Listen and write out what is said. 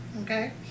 Okay